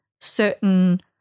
certain